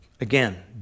Again